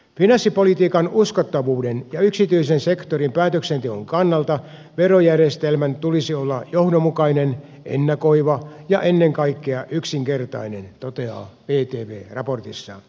finanssipolitiikan uskottavuuden ja yksityisen sektorin päätöksenteon kannalta verojärjestelmän tulisi olla johdonmukainen ennakoiva ja ennen kaikkea yksinkertainen toteaa vtv raportissaan